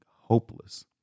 hopeless